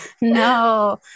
No